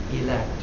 elect